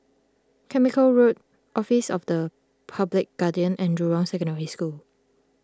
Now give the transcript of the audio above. Carmichael Road Office of the Public Guardian and Jurong Secondary School